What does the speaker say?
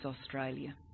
Australia